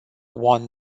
won